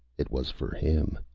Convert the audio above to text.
it was for him.